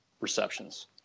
receptions